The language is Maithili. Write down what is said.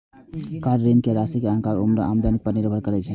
कार ऋण के राशि अहांक उम्र आ आमदनी पर निर्भर करै छै